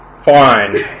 Fine